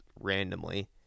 randomly